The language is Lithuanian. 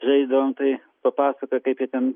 žaisdavom tai papasakoja kaip jie ten